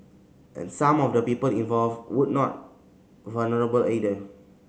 and some of the people involved would not vulnerable either